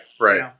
right